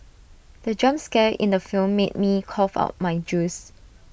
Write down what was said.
the jump scare in the film made me cough out my juice